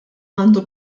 għandu